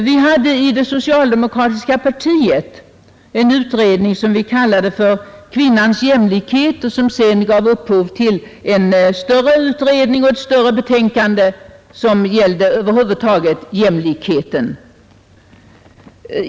Vi hade i det socialdemokratiska partiet en utredning som vi kallade ”Kvinnans jämlikhet” och som sedan gav upphov till en större utredning och ett större betänkande, som gällde jämlikheten över huvud taget.